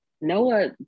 noah